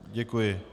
Děkuji.